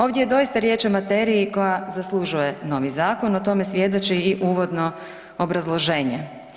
Ovdje je doista riječ o materiji koja zaslužuje novi zakon, o tome svjedoči i uvodno obrazloženje.